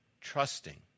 trusting